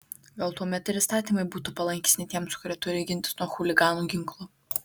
gal tuomet ir įstatymai būtų palankesni tiems kurie turi gintis nuo chuliganų ginklu